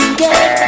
get